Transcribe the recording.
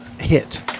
hit